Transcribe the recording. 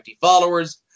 followers